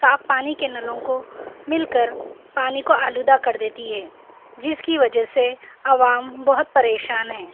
صاف پانی کے نلوں کو مل کر پانی کو آلودہ کر دیتی ہے جس کی وجہ سے عوام بہت پریشان ہے